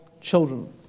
children